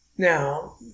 Now